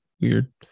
weird